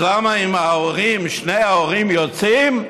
אז למה אם ההורים, שני ההורים, יוצאים,